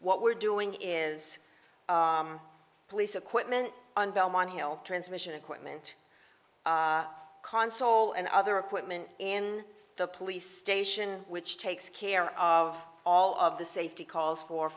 what we're doing is police equipment on belmont hill transmission equipment console and other equipment in the police station which takes care of all of the safety calls for